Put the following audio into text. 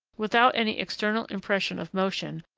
without any external impression of motion,